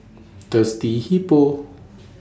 Thirsty Hippo